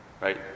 right